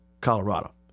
Colorado